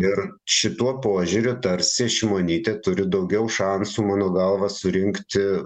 ir šituo požiūriu tarsi šimonytė turi daugiau šansų mano galva surinkti